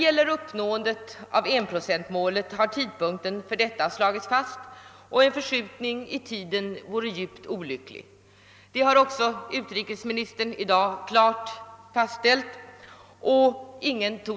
För uppnåendet av enprocentsmålet har tidpunkten slagits fast, och en förskjutning i tiden vore djupt olycklig. Det har också utrikesministern i dag klart fastställt.